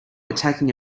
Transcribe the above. attacking